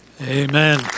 Amen